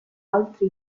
altri